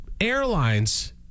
airlines